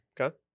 Okay